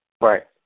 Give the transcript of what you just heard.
Right